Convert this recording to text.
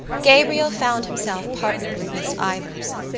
gabriel found himself partnered with miss ivors.